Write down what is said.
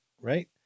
right